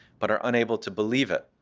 but are unable to believe it,